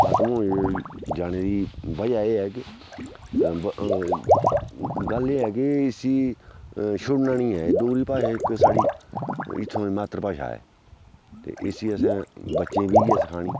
खतम होई जाने दी बजह् एह् ऐ कि गल्ल एह् ऐ कि इसी छुड़ना नी ऐ एह् डोगरी भाशा इक साढ़ी इत्थुआं दी मात्तर भाशा ऐ ते इसी असें बच्चें बी इयै सखानी